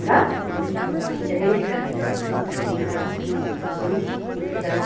ल हुन्छ सर हुन्छ थ्याङ्क्यु सर हुन्छ हुन्छ हुन्छ सर